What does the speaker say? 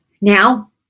now